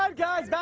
um guys!